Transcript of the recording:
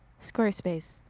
Squarespace